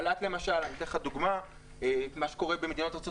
אני אתן לך דוגמה את מה שקורה במדינות ארצות